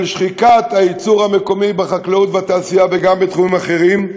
של שחיקת הייצור המקומי בחקלאות והתעשייה וגם בתחומים אחרים,